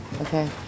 Okay